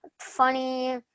funny